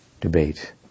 debate